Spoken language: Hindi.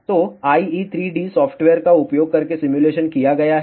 तो IE3D सॉफ्टवेयर का उपयोग करके सिमुलेशन किया गया है